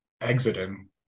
exiting